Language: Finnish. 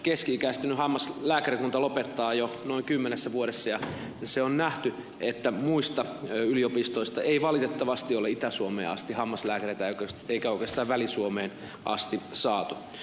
keski ikäistynyt hammaslääkärikunta lopettaa jo noin kymmenessä vuodessa ja se on nähty että muista yliopistoista ei valitettavasti ole itä suomeen asti eikä oikeastaan väli suomeen asti hammaslääkäreitä saatu